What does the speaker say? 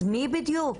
אז מי בדיוק?